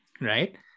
right